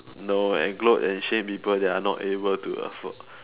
no and gloat and shame people that are not able to afford